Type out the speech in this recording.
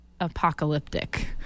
apocalyptic